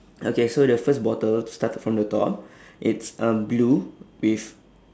okay so the first bottle started from the top it's um blue with